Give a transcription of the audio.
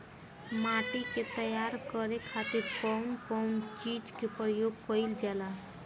माटी के तैयार करे खातिर कउन कउन चीज के प्रयोग कइल जाला?